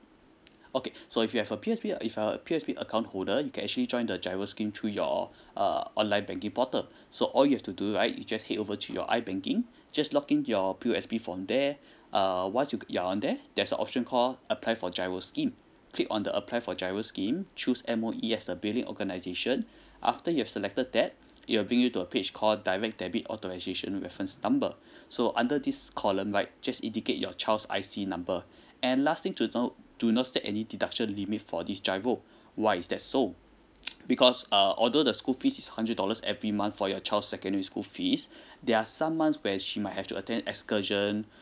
okay so if you have a P_S_B if a P_S_B account holder you can actually join the GIRO scheme through your err online banking portal so all you have to do right you just head over to your I banking just log in your P_O_S_B from there uh once you you're on there there's an option call apply for GIRO scheme click on the apply for GIRO scheme choose M_O_E as a billing organisation after you've selected that it will bring you to a page call direct debit authorization reference number so under this column right just indicate your child's I_C number and last thing to note do not state any deduction limit for this GIRO why is that so because uh although the school fees is hundred dollars every month for your child secondary school fees there are some months when she might have to attend excursion